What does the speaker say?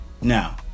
Now